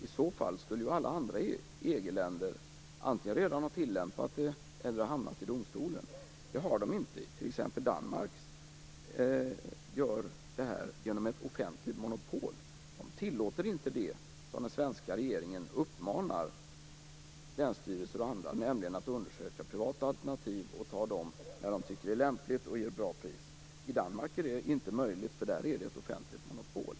I så fall skulle ju alla andra EG-länder antingen redan ha tillämpat det eller ha hamnat i domstolen. Det har de inte. Danmark gör t.ex. det här genom ett offentligt monopol. Där tillåter man inte det som den svenska regeringen uppmanar länsstyrelser och andra att göra, nämligen att undersöka privata alternativ och ta dem när de synes lämpliga och ger ett bra pris. I Danmark är detta inte möjligt, ty där har man ett offentligt monopol.